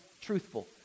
truthful